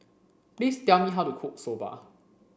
please tell me how to cook Soba